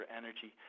energy